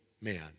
man